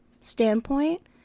standpoint